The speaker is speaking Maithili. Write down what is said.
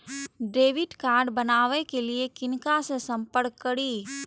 डैबिट कार्ड बनावे के लिए किनका से संपर्क करी?